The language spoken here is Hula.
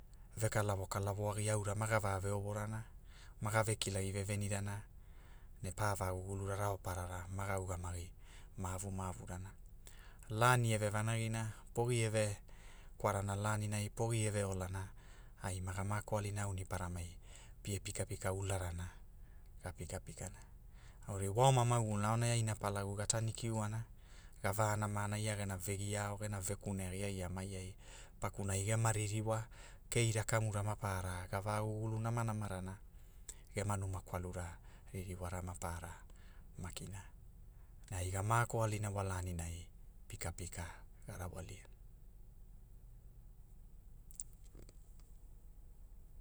Ve kalawo kalawo aura maga ve va ovorana maga ve kilagi vevenirana, ne pa va gugulara raoparara maga ugamagi mavu mavurana. Lani eve vanagina, pogi eve kwarana laninai pogi e ve olana, ai maga mako alina auniparamai pie pika pika ulanana, ga pika pikana gaura wa oma mauguluna aonai aina Palagu ga tanikiuana, ga vanamana, ia gena vegiao gena ve kune agi ai amai ai pakunai gema ririwa keina kamura maparara ga va gugulu namanamarana, gena numa kwalura, ririwana mapaara, makina. Na ai ga mako alina wa laninai, pika pika ga rawaliana.